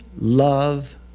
love